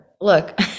look